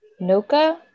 Noka